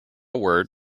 word